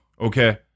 Okay